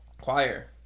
choir